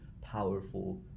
powerful